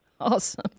Awesome